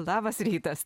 labas rytas